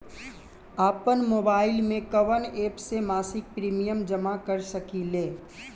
आपनमोबाइल में कवन एप से मासिक प्रिमियम जमा कर सकिले?